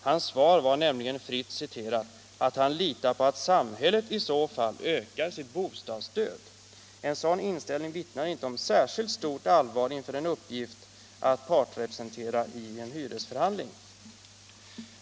Hans svar var nämligen, fritt citerat, att han litade på att samhället i så fall ökar sitt bostadsstöd. En sådan inställning vittnar inte om särskilt stort allvar inför en uppgift att partsrepresentera i en hyresförhandling.